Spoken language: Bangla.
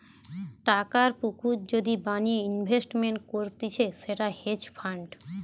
টাকার পুকুর যদি বানিয়ে ইনভেস্টমেন্ট করতিছে সেটা হেজ ফান্ড